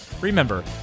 Remember